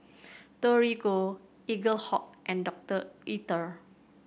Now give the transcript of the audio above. Torigo Eaglehawk and Doctor Oetker